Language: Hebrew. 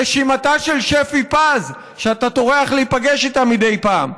רשימתה של שפי פז, שאתה טורח להיפגש איתה מדי פעם,